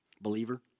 Believer